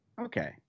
Okay